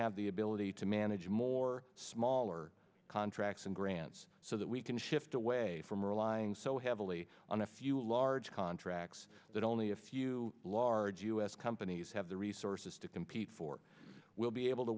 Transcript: have the ability to manage more smaller contracts and grants so that we can shift away from relying so heavily on a few large contracts that only a few large u s companies have the resources to compete for we'll be able to